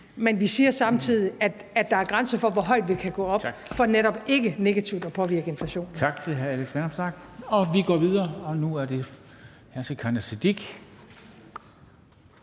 men vi siger samtidig, at der er grænser for, hvor højt vi kan gå op, for netop ikke negativt at påvirke inflationen.